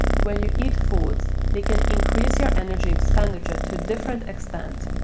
when you eat foods, they can increase your energy expenditure to different extent,